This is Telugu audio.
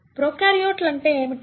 ప్రొకార్యోట్లు అంటే ఏమిటి